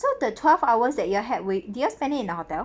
so the twelve hours that you're headway do you all spend it in the hotel